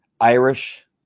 Irish